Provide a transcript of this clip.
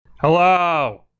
Hello